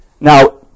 Now